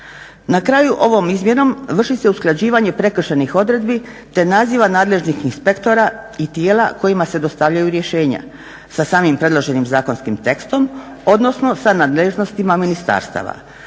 Na kraju ovom izmjenom vrši se usklađivanje prekršajnih odredbi te naziva nadležnih inspektora i tijela kojima se dostavljaju rješenja sa samim predloženim zakonskim tekstom odnosno sa nadležnostima ministarstava.